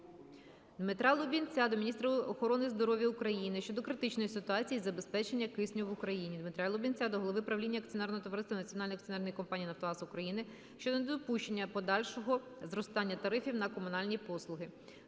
Дмитра Лубінця до міністра охорони здоров'я України щодо критичної ситуації із забезпеченням кисню в Україні. Дмитра Лубінця до Голови правління акціонерного товариства "Національної акціонерної компанії "Нафтогаз України" щодо недопущення подальшого зростання тарифів на комунальні послуги.